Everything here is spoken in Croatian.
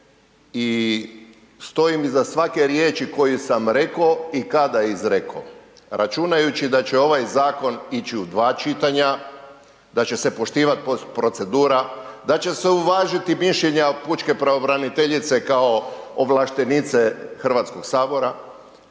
i stojim iza svake riječi koju sam reko i kada izreko računajući da će ovaj zakon ići u 2 čitanja, da će se poštivat procedura, da će se uvažiti mišljenja pučke pravobraniteljice kao ovlaštenice HS. A isto tako